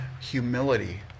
humility